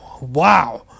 Wow